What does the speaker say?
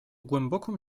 głęboką